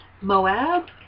Moab